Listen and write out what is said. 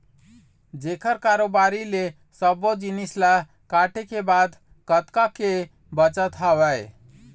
जेखर कारोबारी ले सब्बो जिनिस ल काटे के बाद कतका के बचत हवय